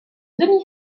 demi